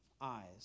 eyes